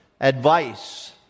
advice